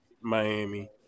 Miami